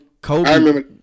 Kobe